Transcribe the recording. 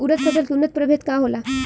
उरद फसल के उन्नत प्रभेद का होला?